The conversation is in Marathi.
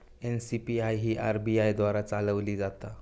एन.सी.पी.आय ही आर.बी.आय द्वारा चालवली जाता